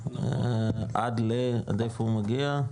עד איפה הוא מגיע?